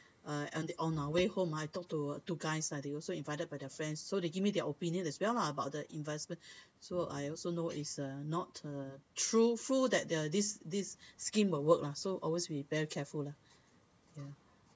uh on the on our way home I talked to two guys lah they also invited by their friends so they gave me their opinion as well lah about the investment so I also know is a not a truthful that there this this scheme will work lah so always be very careful lah ya